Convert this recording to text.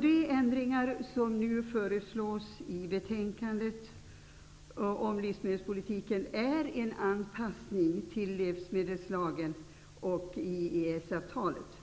De ändringar av livsmedelspolitiken som i betänkandet nu föreslås är en anpassning till livsmedelslagen och EES-avtalet.